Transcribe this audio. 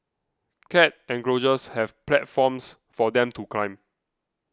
cat enclosures have platforms for them to climb